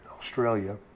Australia